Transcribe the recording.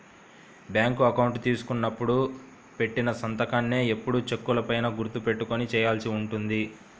bank account తీసుకున్నప్పుడు పెట్టిన సంతకాన్నే ఎల్లప్పుడూ చెక్కుల పైన గుర్తు పెట్టుకొని చేయాల్సి ఉంటుంది